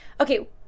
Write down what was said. Okay